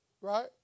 Right